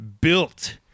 built